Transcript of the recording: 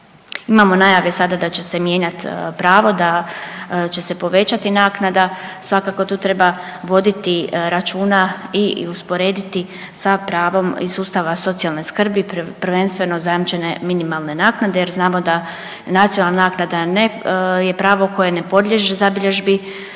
Imamo najave sada da će se mijenjat pravo da će se povećati naknada, svakako tu treba voditi računa i usporediti sa pravom iz sustava socijalne skrbi prvenstveno zajamčene minimalne naknade jer znamo da nacionalna naknada ne je pravo koje ne podliježe zabilježbi